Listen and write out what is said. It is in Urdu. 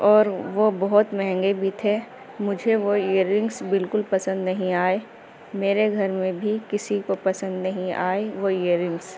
اور وہ بہت مہنگے بھی تھے مجھے وہ ایئر رنگس بالکل پسند نہیں آئے میرے گھر میں بھی کسی کو پسند نہیں آئے وہ ایئر رنگس